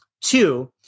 Two